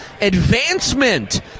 advancement